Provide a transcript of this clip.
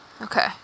okay